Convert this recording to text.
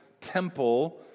temple